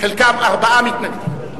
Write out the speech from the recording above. ארבעה מתנגדים.